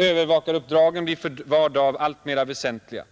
Övervakaruppdragen blir för var dag alltmera väsentliga.